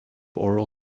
oral